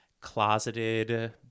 closeted